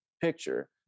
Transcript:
picture